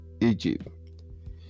Egypt